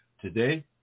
Today